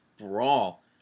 brawl